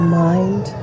mind